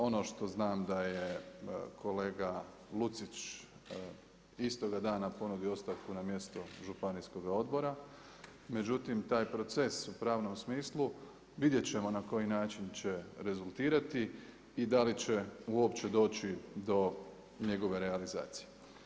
Ono što znam da je kolega Lucić istoga dana ponudio ostavku na mjesto županijskoga odbora, međutim taj proces u pravnom smislu vidjet ćemo na koji način će rezultirati i da li će uopće doći do njegove realizacije.